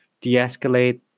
de-escalate